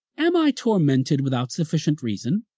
am i tormented without sufficient reason,